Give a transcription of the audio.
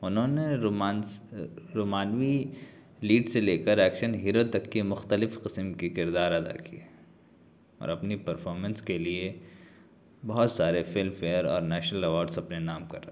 انہوں نے رومانس رومانوی لیڈ سے لے کر ایکشن ہیرو تک کی مختلف قسم کی کردار ادا کی ہیں اور اپنی پرفارمنس کے لیے بہت سارے فلم فیئر اور نیشنل ایوارڈس اپنے نام کر رکھے ہیں